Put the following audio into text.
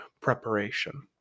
preparation